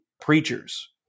preachers